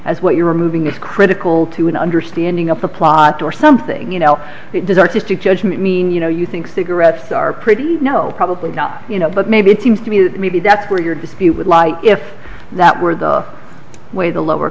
as what you're removing is critical to an understanding up a plot or something you know it does artistic judgment mean you know you think cigarettes are pretty no probably not you know but maybe it seems to me that maybe that's where your dispute would lie if that were the way the lower